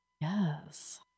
Yes